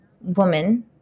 woman